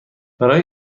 برای